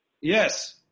Yes